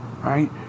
right